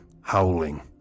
howling